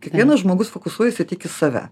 kiekvienas žmogus fokusuojasi tik į save